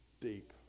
deep